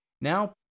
now